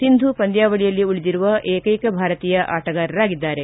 ಸಿಂಧು ಪಂದ್ಜಾವಳಿಯಲ್ಲಿ ಉಳಿದಿರುವ ಏಕೈಕ ಭಾರತೀಯ ಆಟಗಾರರಾಗಿದ್ದಾರೆ